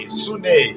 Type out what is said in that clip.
sune